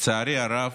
לצערי הרב,